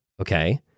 Okay